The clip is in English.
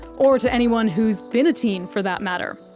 or to anyone whose been a teen, for that matter.